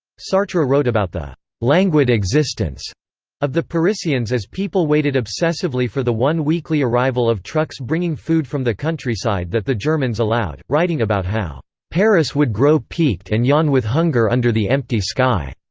sartre wrote about the languid existence of the parisians as people waited obsessively for the one weekly arrival of trucks bringing food from the countryside that the germans allowed, writing about how paris would grow peaked and yawn with hunger under the empty sky.